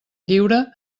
lliure